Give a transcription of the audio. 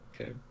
Okay